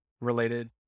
related